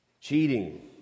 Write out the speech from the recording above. cheating